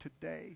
today